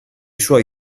suoi